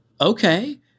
okay